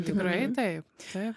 tikrai taip taip